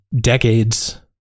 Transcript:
decades